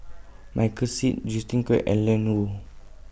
Michael Seet Justin Quek and Lan Woo